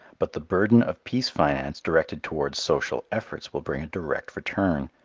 but the burden of peace finance directed towards social efforts will bring a direct return.